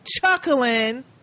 chuckling